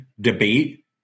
debate